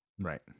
Right